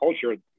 culture